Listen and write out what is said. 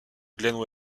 glen